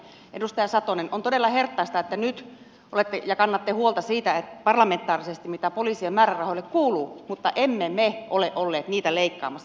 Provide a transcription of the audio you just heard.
edustaja satonen on todella herttaista että nyt kannatte huolta parlamentaarisesti siitä mitä poliisien määrärahoille kuuluu mutta emme me ole olleet niitä leikkaamassa